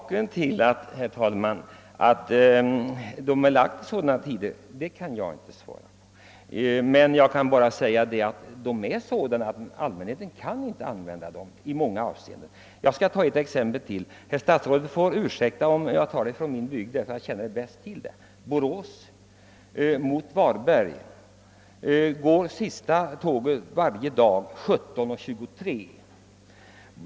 Herr talman! Varför man lagt avgångstiderna så kan jag inte svara på. Jag kan bara säga att tiderna i många avseenden är så lagda att allmänheten i vissa fall inte kan använda tåg. Jag skall anföra ett exempel till. Från Borås till Varberg är den senaste tåglägenheten kl. 17.23 varje dag.